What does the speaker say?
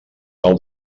tal